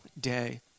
day